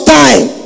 time